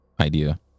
idea